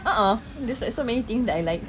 a'ah there's like so many things that I like